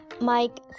Mike